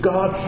God